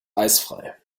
eisfrei